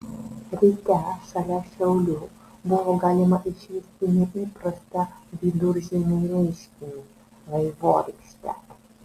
ryte šalia šiaulių buvo galima išvysti neįprastą viduržiemiui reiškinį vaivorykštę